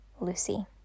Lucy